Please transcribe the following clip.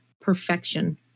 perfection